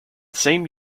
same